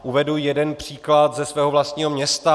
Uvedu jeden příklad ze svého vlastního města.